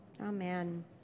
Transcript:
Amen